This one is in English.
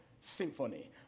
symphony